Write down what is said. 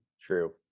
true